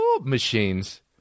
machines